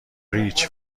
ریچ